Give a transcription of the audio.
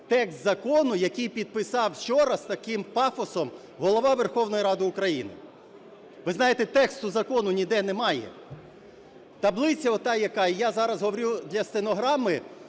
текст закону, який підписав вчора з таким пафосом Голова Верховної Ради України". Ви знаєте, тексту закону ніде немає! Таблиця ота, яка… І я зараз говорю для стенограми,